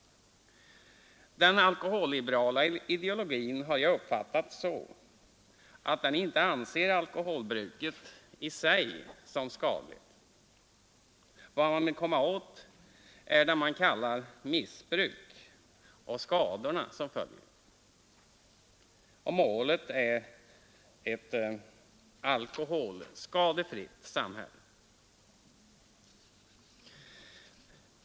Den alkoholliberala ideologin har jag uppfattat så att den inte anser alkoholbruket i sig skadligt. Vad man vill komma åt är det man kallar missbruk, och skadorna som följer. Målet är ett alkoholskadefritt samhälle.